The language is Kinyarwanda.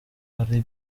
ari